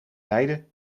beide